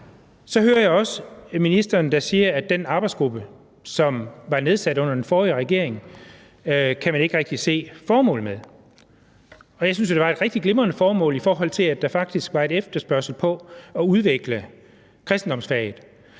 Så hører jeg også ministeren sige, at den arbejdsgruppe, som var nedsat under den forrige regering, kan man ikke rigtig se formålet med. Jeg synes jo, der var et rigtig glimrende formål, i forhold til at der faktisk var en efterspørgsel efter at udvikle kristendomsfaget.